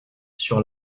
sur